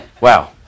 Wow